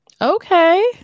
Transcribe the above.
Okay